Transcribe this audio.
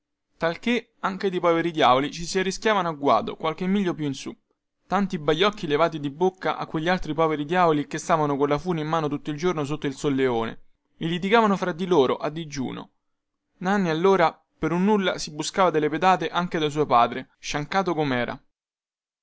talchè anche dei poveri diavoli ci si arrischiavano a guado qualche miglio più in su tanti baiocchi levati di bocca a quegli altri poveri diavoli che stavano colla fune in mano tutto il giorno sotto il solleone e litigavano fra di loro a digiuno nanni allora per un nulla si buscava delle pedate anche da suo padre sciancato comera